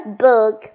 book